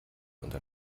unter